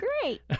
great